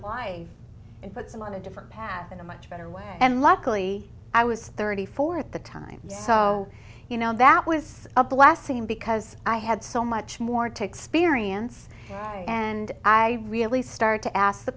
life and puts him on a different path in a much better way and luckily i was thirty four at the time so you know that was a blessing because i had so much more to experience and i really start to ask the